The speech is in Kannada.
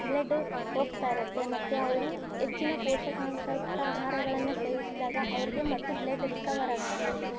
ಬ್ಲೆಡ್ ಹೋಗ್ತಾ ಇರುತ್ತೆ ಮತ್ತು ಅವರು ಹೆಚ್ಚಿನ ಪೋಷಕಾಂಶಯುಕ್ತ ಆಹಾರಗಳನ್ನು ಸೇವಿಸಿದಾಗ ಅವರಿಗೆ ಮತ್ತು ಬ್ಲೆಡ್ ರಿಕವರ್ ಆಗುತ್ತೆ